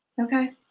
Okay